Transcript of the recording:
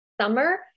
summer